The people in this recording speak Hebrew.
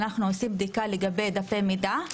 אנחנו עושים בדיקה לגבי דפי מידע,